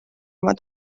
oma